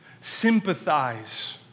sympathize